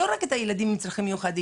לא רק את הילדים עם צרכים מיוחדים,